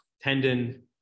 tendon